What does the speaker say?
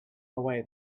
away